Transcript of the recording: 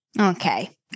Okay